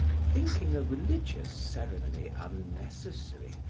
thinking a religious ceremony unnecessary,